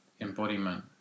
Embodiment